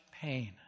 pain